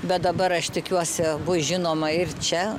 bet dabar aš tikiuosi bus žinoma ir čia